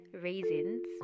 raisins